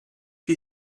you